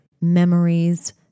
memories